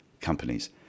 companies